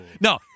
no